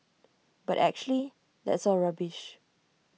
but actually that's all rubbish